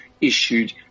issued